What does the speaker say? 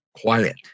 quiet